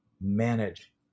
manage